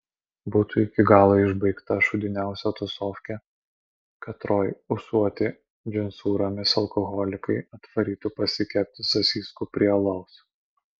būtų iki galo išbaigta šūdiniausia tūsofkė katroj ūsuoti džinsūromis alkoholikai atvarytų pasikepti sasyskų prie alaus